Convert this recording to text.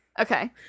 okay